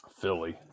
Philly